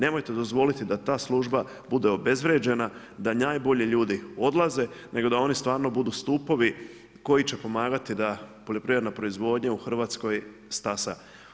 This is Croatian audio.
Nemojte dozvoliti da ta služba bude obezvrijeđena da najbolji ljudi odlaze nego da oni stvarno budu stupovi koji će pomagati da poljoprivredna proizvodnja u Hrvatskoj stasa.